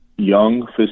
Young